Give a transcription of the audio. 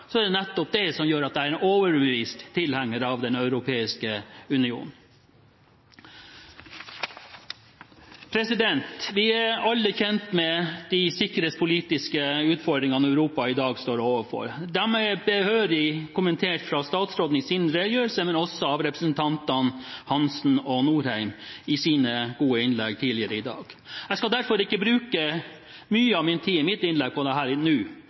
er det nettopp dette som gjør at jeg er en overbevist tilhenger av Den europeiske union. Vi er alle kjent med de sikkerhetspolitiske utfordringene Europa i dag står overfor. De er behørig kommentert fra statsråden i hans redegjørelse, men også av representantene Hansen og Norheim i deres gode innlegg tidligere i dag. Jeg skal derfor ikke bruke mye tid i mitt innlegg på dette nå,